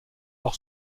par